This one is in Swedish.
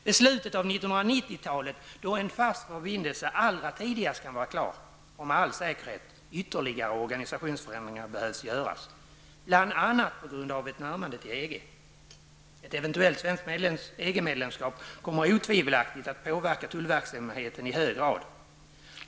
Vid slutet av 1990-talet, då en fast förbindelse allra tidigast kan vara klar, har med all säkerhet ytterligare organisationsförändringar behövts göras, bl.a. på grund av ett närmande till Ett eventuellt svenskt EG-medlemskap kommer otvivelaktigt att påverka tullverksamheten i hög grad.